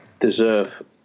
deserve